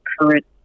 current